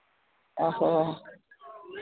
ᱚ ᱦᱚᱸ